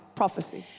prophecy